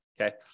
okay